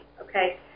Okay